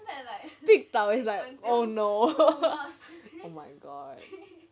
病倒 then like oh no